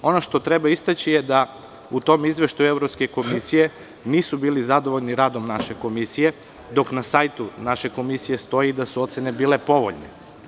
Ono što treba istaći je da u tom izveštaju Evropske komisije nisu bili zadovoljni radom naše komisije, dok na sajtu naše komisije stoji da su ocene bile povoljne.